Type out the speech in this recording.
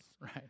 Right